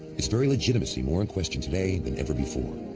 its very legitimacy more in question today than ever before.